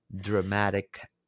dramatic